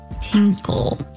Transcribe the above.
tinkle